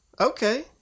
okay